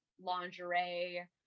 lingerie